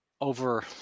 over